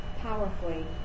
powerfully